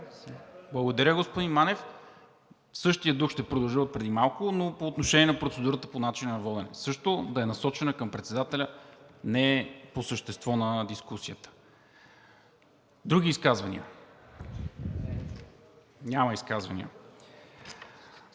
Благодаря, господин Манев. В същия дух ще продължа като отпреди малко – по отношение на процедурата по начина на водене – също да е насочена към председателя, а не по съществото на дискусията. Други изказвания? Няма.